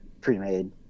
pre-made